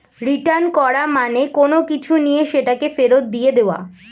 return করা মানে কোনো কিছু নিয়ে সেটাকে ফেরত দিয়ে দেওয়া